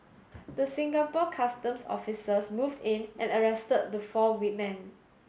the Singapore Customs officers moved in and arrested the four wemen